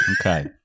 Okay